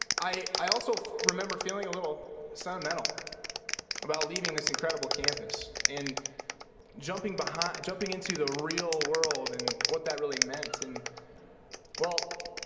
i also remember feeling a little sentimental about leaving this incredible campus and jumping but jumping into the real world, and what that really meant and